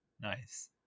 Nice